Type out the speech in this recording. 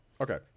Okay